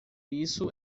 isso